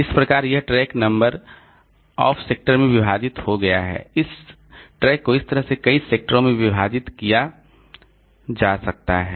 इस प्रकार यह ट्रैक अब नंबर ऑफ सेक्टर में विभाजित हो गया है इस ट्रैक को इस तरह से कई सेक्टर में विभाजित किया गया है